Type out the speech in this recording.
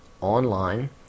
online